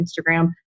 Instagram